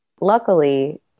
Luckily